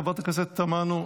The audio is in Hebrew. חברת הכנסת תמנו,